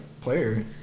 player